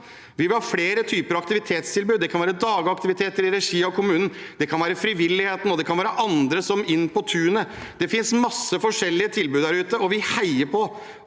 Vi vil ha flere typer aktivitetstilbud. Det kan være dagaktiviteter i regi av kommunen, det kan være frivilligheten, og det kan være andre, som Inn på tunet. Det finnes mange forskjellige tilbud der ute, og vi heier på